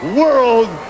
world